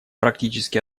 практически